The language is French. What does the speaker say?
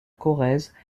corrèze